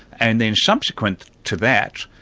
and then subsequent to that,